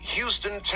Houston